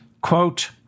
quote